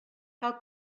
cal